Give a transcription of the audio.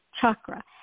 chakra